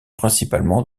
principalement